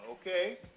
okay